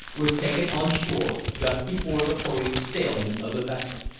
was taken on shore just before the hurried sailing of the vessel.